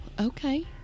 okay